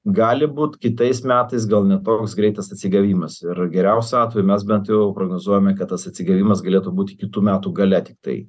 gali būt kitais metais gal ne toks greitas atsigavimas ir geriausiu atveju mes bent jau prognozuojame kad tas atsigavimas galėtų būti kitų metų gale tiktai